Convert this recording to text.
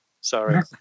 sorry